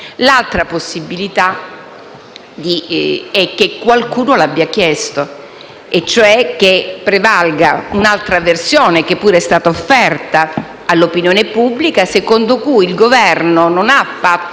L'altra possibilità è che qualcuno lo abbia chiesto e cioè che prevalga un'altra versione, che pure è stata offerta all'opinione pubblica, secondo cui il Governo non ha posto